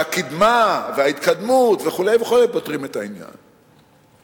שהקידמה וההתקדמות וכו' וכו' פותרות את העניין הזה.